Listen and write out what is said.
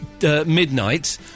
Midnight